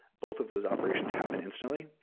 both of those operations happen instantly.